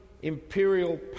imperial